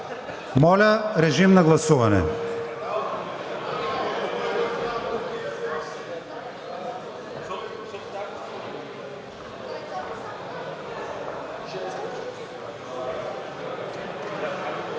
Моля, режим на гласуване.